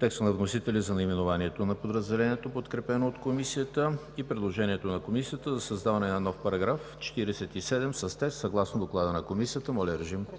текста на вносителя за наименованието на подразделението, подкрепено от Комисията, и предложението на Комисията за създаване на нов § 47 с текст съгласно Доклада на Комисията. ДОКЛАДЧИК